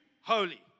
holy